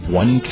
one